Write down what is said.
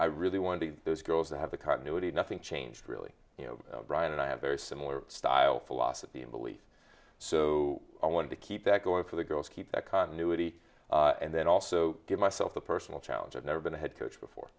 i really wanted those girls to have the continuity nothing changed really brian and i have very similar style philosophy and beliefs so i wanted to keep that going for the girls keep that continuity and then also give myself a personal challenge i've never been a head coach befor